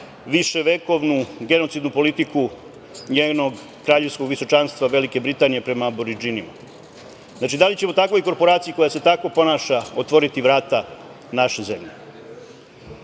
viševekovnu genocidnu politiku njenog kraljevskog visočanstva Velike Britanije prema Aboridžinima. Znači, da li ćemo takvoj korporaciji, koja se tako ponaša otvoriti vrata naše zemlje? Kada